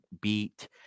beat